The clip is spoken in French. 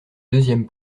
deuxième